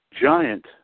giant